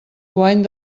guany